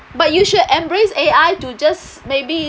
but you should embrace A_I to just maybe